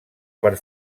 per